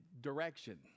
direction